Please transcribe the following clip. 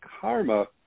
karma